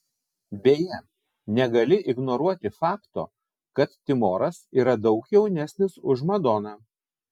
beje negali ignoruoti fakto kad timoras yra daug jaunesnis už madoną